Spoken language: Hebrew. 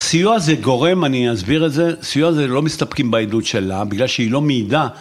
סיוע זה גורם, אני אסביר את זה, סיוע זה לא מסתפקים בעדות שלה בגלל שהיא לא מעידה.